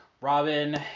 Robin